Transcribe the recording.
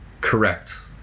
correct